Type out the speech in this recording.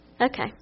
Okay